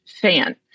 fan